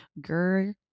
girl